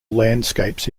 landscapes